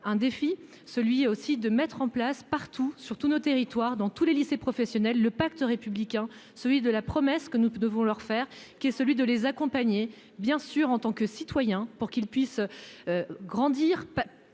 un défi, celui aussi de mettre en place partout sur tous nos territoires dans tous les lycées professionnels, le pacte républicain, celui de la promesse que nous devons leur faire qui est celui de les accompagner, bien sûr, en tant que citoyen pour qu'il puisse grandir